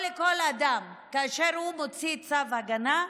או לכל אדם, כאשר השופט מוציא צו הגנה,